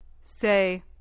Say